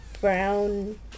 brown